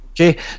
okay